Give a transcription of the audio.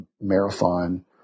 marathon